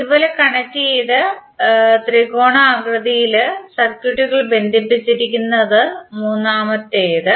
ഇതുപോലെ കണക്റ്റുചെയ്തു ത്രികോണാകൃതിയിൽ സർക്യൂട്ടുകൾ ബന്ധിപ്പിച്ചിരിക്കുന്ന മൂന്നാമത്തേത്